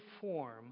form